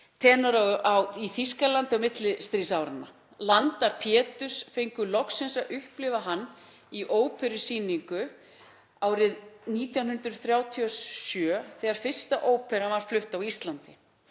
hetjutenóra í Þýskalandi millistríðsáranna. Landar Péturs fengu loks að upplifa hann í óperusýningu árið 1937 þegar fyrsta óperan var flutt á Íslandi.